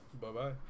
Bye-bye